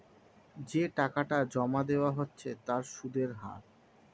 যে টাকাটা জমা দেওয়া হচ্ছে তার সুদের হার